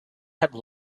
have